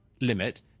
limit